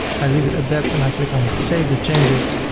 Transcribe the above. i leave it at that and i click on save the changes.